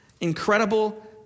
incredible